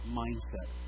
mindset